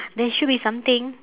there should be something